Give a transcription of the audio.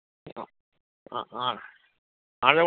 ആ ആ ആ ആളുകൾ